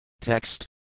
Text